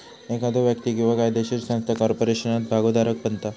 एखादो व्यक्ती किंवा कायदोशीर संस्था कॉर्पोरेशनात भागोधारक बनता